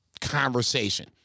conversation